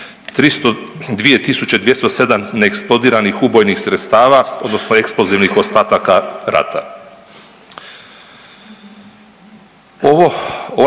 207 neeksplodiranih ubojnih sredstava odnosno eksplozivnih ostataka rata.